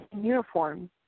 uniform